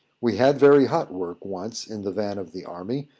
we had very hot work once in the van of the army,